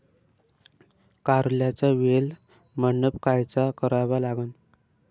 कारल्याचा वेल मंडप कायचा करावा लागन?